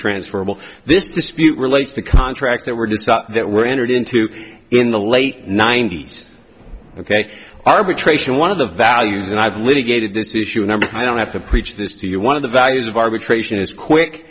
transferable this dispute relates to contracts that were decide that were entered into in the late ninety's ok arbitration one of the values and i've litigator this issue a number i don't have to preach this to you one of the values of arbitration is quick